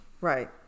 Right